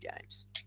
games